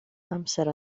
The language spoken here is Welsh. amser